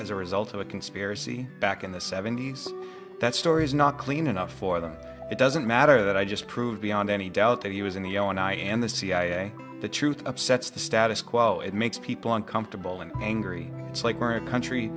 as a result of a conspiracy back in the seventy's that story is not clean enough for them it doesn't matter that i just proved beyond any doubt that he was in the l n i a and the cia the truth upsets the status quo it makes people uncomfortable and angry it's like we're a country